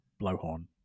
blowhorn